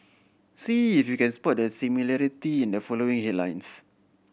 see if you can spot the similarity in the following